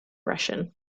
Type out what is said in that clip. russian